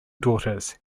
daughters